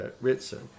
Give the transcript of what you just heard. Ritson